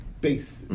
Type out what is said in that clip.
base